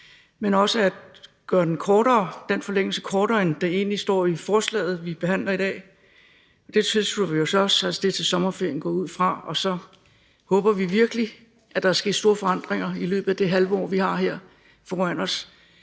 men også at gøre den forlængelse kortere, end der egentlig står i forslaget, vi behandler i dag. Det tilslutter vi os også, og det er frem til sommerferien, går jeg ud fra, og så håber vi virkelig, at der er sket store forandringer i løbet af det halve år, vi har her foran os,